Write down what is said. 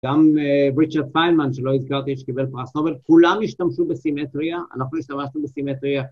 גם ריצ'ארד פיינמן שלא הזכרתי שקיבל פרס נובל, כולם השתמשו בסימטריה, אנחנו השתמשנו בסימטריה.